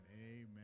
amen